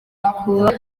kuba